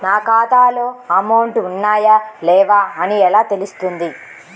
నా ఖాతాలో అమౌంట్ ఉన్నాయా లేవా అని ఎలా తెలుస్తుంది?